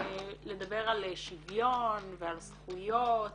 לדבר על שוויון ועל זכויות